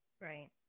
right